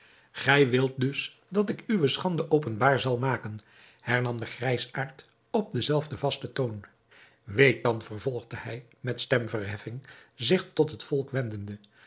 gij wilt dus dat ik uwe schande openbaar zal maken hernam de grijsaard op den zelfden vasten toon weet dan vervolgde hij met stemverheffing zich tot het